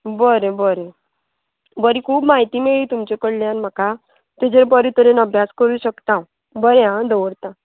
बरें बरें बरें खूब म्हायती मेळ्ळी तुमचे कडल्यान म्हाका तेजेर बरे तरेन अभ्यास करूं शकता हांव बरें आं दवरतां